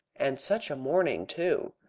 and such a morning, too!